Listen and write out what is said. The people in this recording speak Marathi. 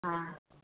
हां